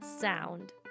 sound